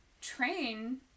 train